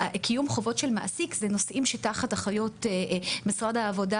קיום חובות של מעסיק זה נושאים שתחת אחריות משרד העבודה